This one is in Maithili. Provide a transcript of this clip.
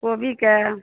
कोबीके